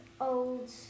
old